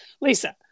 Lisa